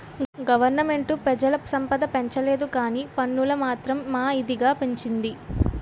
government పెజల సంపద పెంచలేదుకానీ పన్నులు మాత్రం మా ఇదిగా పెంచింది